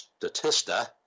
Statista